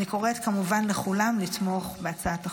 אני קוראת, כמובן, לכולם לתמוך בהצעת החוק.